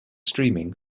streaming